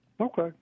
Okay